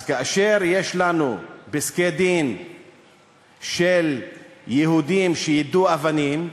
אז כאשר יש לנו פסקי-דין ליהודים שיידו אבנים,